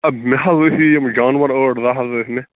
ہے مےٚ حظ ٲسی یِم جانوَر ٲٹھ دَہ حظ ٲسۍ مےٚ